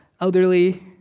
elderly